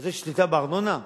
אז יש שליטה בארנונה?